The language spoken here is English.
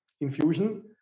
infusion